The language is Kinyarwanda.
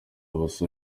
bose